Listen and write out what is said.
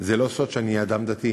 זה לא סוד שאני אדם דתי.